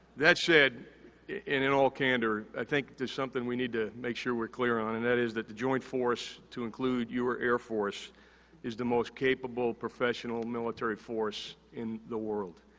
that said, and in all candor, i think there's something we need to make sure we're clear on and that is that the joint force, to include your air force is the most capable, professional military force in the world.